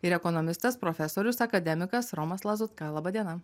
ir ekonomistas profesorius akademikas romas lazutka laba diena